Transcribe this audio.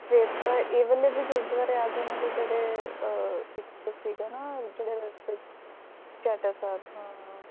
ਫਿਰ ਤਾਂ ਇਹ ਵਾਲੇ ਵੀ ਗੁਰਦੁਆਰਾ ਆ ਜਾਣਗੇ ਜਿਹੜੇ ਇੱਕ ਸੀਗਾ ਨਾ ਜਿਹੜੇ ਛੇਹਰਟਾ ਸਾਹਿਬ ਹਾਂ